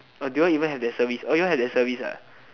or do you all even have that service oh you all have that service ah